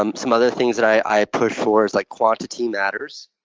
um some other things that i push for like quantity matters.